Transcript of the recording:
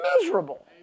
miserable